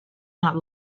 not